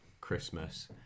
Christmas